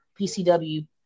PCW